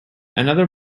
another